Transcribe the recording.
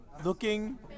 Looking